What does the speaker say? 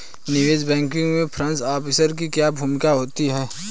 निवेश बैंकिंग में front office की क्या भूमिका होती है?